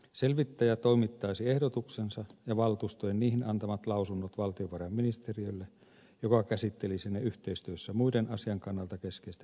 selvittäjä toimittaisi ehdotuksensa ja valtuustojen niihin antamat lausunnot valtiovarainministeriölle joka käsittelisi ne yhteistyössä muiden asian kannalta keskeisten ministeriöiden kanssa